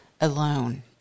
alone